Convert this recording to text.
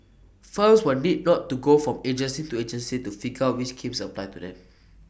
firms will need not to go from agency to agency to figure out which schemes apply to them